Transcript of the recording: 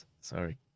sorry